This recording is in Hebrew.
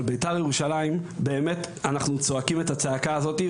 אבל בית"ר ירושלים באמת אנחנו צועקים את הצעקה הזאת,